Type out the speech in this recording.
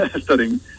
studying